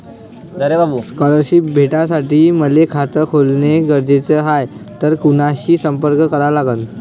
Scholarship भेटासाठी मले खात खोलने गरजेचे हाय तर कुणाशी संपर्क करा लागन?